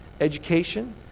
education